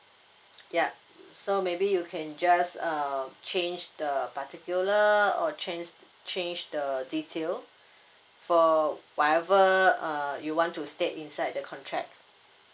yup so maybe you can just err change the particular or change change the detail for whatever err you want to state inside the contract